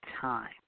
time